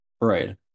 right